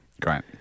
Great